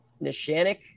Nishanik